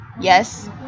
Yes